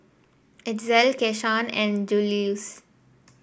Itzel Keshawn and Juluis